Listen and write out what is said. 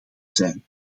zijn